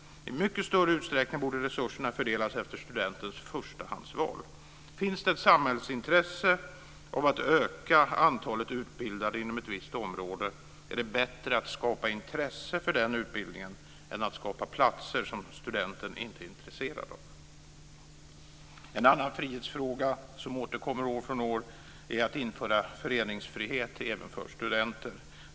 I mycket större utsträckning borde resurserna fördelas efter studentens förstahandsval. Finns det ett samhällsintresse för att öka antalet utbildade inom ett visst område är det bättre att skapa intresse för den utbildningen än att skapa platser som studenterna inte är intresserade av. En annan frihetsfråga som återkommer år efter år är frågan om att införa föreningsfrihet även för studenter.